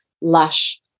lush